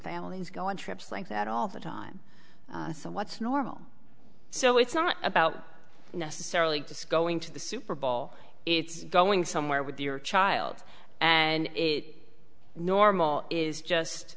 always go on trips like that all the time so what's normal so it's not about necessarily disco going to the super bowl it's going somewhere with your child and it normal is just